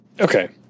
Okay